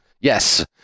Yes